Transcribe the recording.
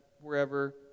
wherever